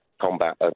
combat